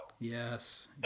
Yes